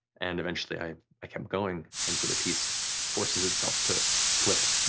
and eventually i i kept going. and so the piece forces itself to flip,